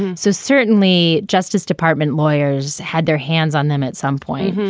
so certainly justice department lawyers had their hands on them at some point.